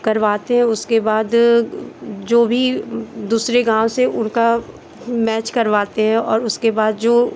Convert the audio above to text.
करवाते उसके बाद जो भी दूसरे गाँव से उनका मैच करवाते हैं और उसके बाद जो